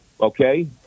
Okay